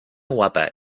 guapa